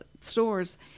stores